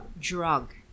drug